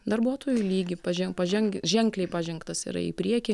darbuotojų lygį pažen pažengę ženkliai pažengtas yra į priekį